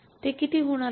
ते किती होणार आहे